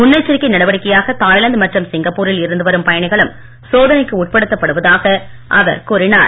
முன்னெச்சரிக்கை நடவடிக்கையாக தாய்லாந்து மற்றும் சிங்கப்பூரில் இருந்து வரும் பயனிகளும் சோதனைக்கு உட்படுத்தப்படுவதாக அவர் கூறினார்